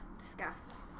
Discuss